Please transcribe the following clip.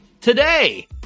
today